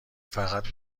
فقط